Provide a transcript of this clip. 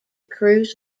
cruz